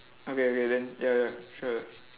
okay okay then ya ya sure